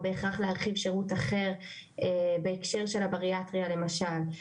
בהכרח להחריב שירות אחר - בהקשר של הבריאטריה למשל,